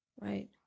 Right